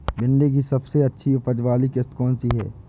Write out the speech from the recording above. भिंडी की सबसे अच्छी उपज वाली किश्त कौन सी है?